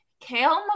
Kale